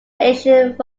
ancient